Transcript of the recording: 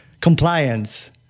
compliance